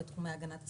לתחומי הגנת הסביבה,